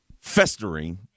festering